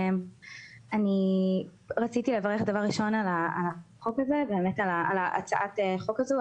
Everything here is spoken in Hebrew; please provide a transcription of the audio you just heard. אני רציתי לברך דבר ראשון על הצעת החוק הזו,